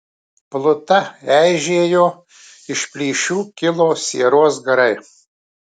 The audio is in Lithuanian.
pluta eižėjo iš plyšių kilo sieros garai